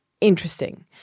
Interesting